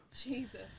Jesus